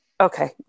Okay